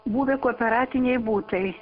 buvę kooperatiniai butai